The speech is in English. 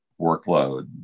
workload